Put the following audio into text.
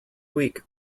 week